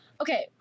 Okay